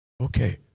Okay